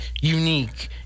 unique